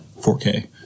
4K